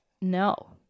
No